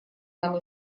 нам